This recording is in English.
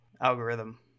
algorithm